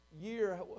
year